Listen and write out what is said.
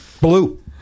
Blue